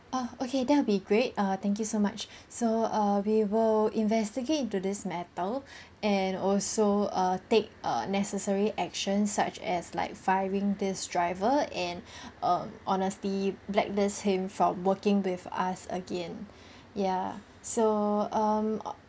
ah okay there'll be great err thank you so much so err we will investigate into this matter and also err take a necessary actions such as like firing this driver and or honestly blacklist him from working with us again ya so um